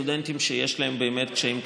לסטודנטים שיש להם באמת קשיים כלכליים,